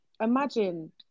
imagine